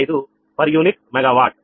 45 per unit megawatt